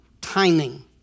timing